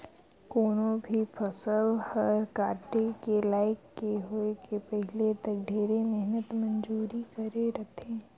कोनो भी फसल हर काटे के लइक के होए के पहिले तक ढेरे मेहनत मंजूरी करे रथे